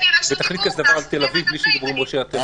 ותחליט כזה דבר על תל אביב בלי שדיברו עם ראש עיריית תל אביב.